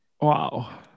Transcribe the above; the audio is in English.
wow